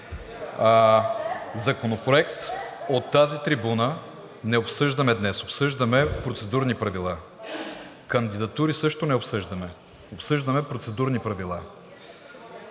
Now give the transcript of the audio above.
Законопроект от тази трибуна не обсъждаме днес, обсъждаме процедурни правила. Кандидатури също не обсъждаме, обсъждаме процедурни правила.